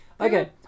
Okay